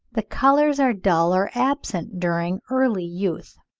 the colours are dull or absent during early youth.